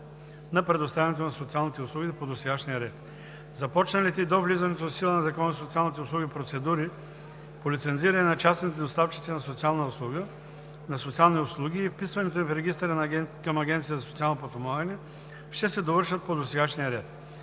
на предоставянето на социалните услуги по досегашния ред. - Започналите до влизането в сила на Закона за социалните услуги процедури по лицензиране на частни доставчици на социални услуги и вписването им в регистъра към Агенцията за социално подпомагане ще се довършат по досегашния ред.